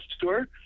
tour